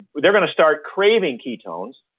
they're gonna start craving ketones.